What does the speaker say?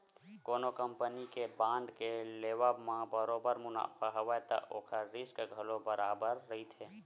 कोनो कंपनी के बांड के लेवब म बरोबर मुनाफा हवय त ओखर रिस्क घलो बरोबर बने रहिथे